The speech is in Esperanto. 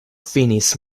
finis